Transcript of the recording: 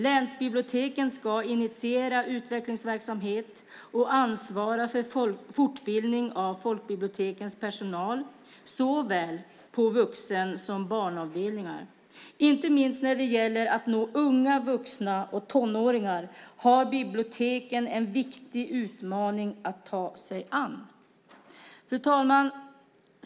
Länsbiblioteken ska initiera utvecklingsverksamhet och ansvara för fortbildning av folkbibliotekens personal, såväl på vuxen som på barnavdelningar. Inte minst när det gäller att nå unga vuxna och tonåringar har biblioteken en viktig utmaning att ta sig an. Fru talman!